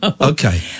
Okay